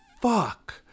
fuck